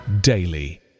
daily